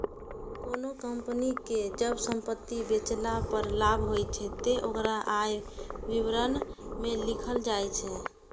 कोनों कंपनी कें जब संपत्ति बेचला पर लाभ होइ छै, ते ओकरा आय विवरण मे लिखल जाइ छै